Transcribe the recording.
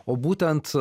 o būtent